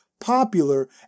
popular